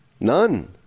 None